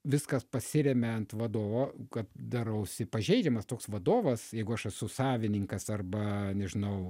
viskas pasiremia ant vadovo kad darausi pažeidžiamas toks vadovas jeigu aš esu savininkas arba nežinau